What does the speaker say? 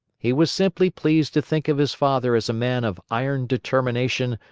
he was simply pleased to think of his father as a man of iron determination,